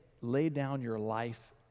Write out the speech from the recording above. lay-down-your-life